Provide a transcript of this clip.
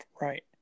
right